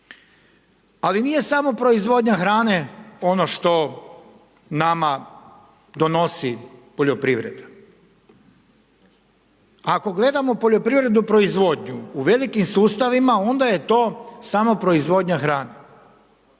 Ali nije samo proizvodnja hrane ono što nama donosi poljoprivreda, ako gledamo poljoprivrednu proizvodnju u velikim sustavima onda je to samo proizvodnja hrane,